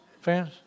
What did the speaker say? fans